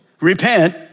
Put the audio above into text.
repent